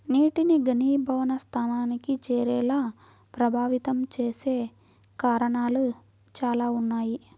నీటిని ఘనీభవన స్థానానికి చేరేలా ప్రభావితం చేసే కారణాలు చాలా ఉన్నాయి